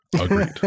Agreed